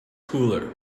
cooler